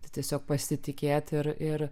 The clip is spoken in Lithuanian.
tai tiesiog pasitikėti ir ir